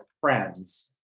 friends